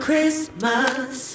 Christmas